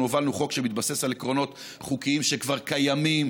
אנחנו הובלנו חוק שמתבסס על עקרונות חוקיים שכבר קיימים,